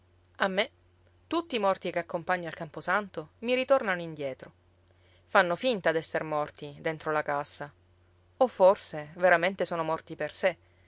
a me tutti i morti che accompagno al camposanto mi ritornano indietro fanno finta d'esser morti dentro la cassa o forse veramente sono morti per sé